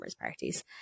parties